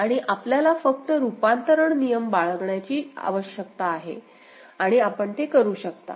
आणि आपल्याला फक्त रूपांतरण नियम पाळण्याची आवश्यकता आहे आणि आपण ते करू शकता